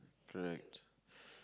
correct